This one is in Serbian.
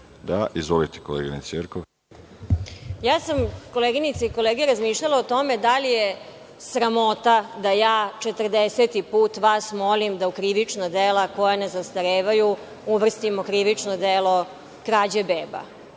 **Aleksandra Jerkov** Ja sam, koleginice i kolege, razmišljala o tome da li je sramota da ja 40. put vas molim da krivična dela koja ne zastarevaju uvrstimo krivično delo – krađe beba. Onda